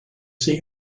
see